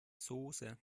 soße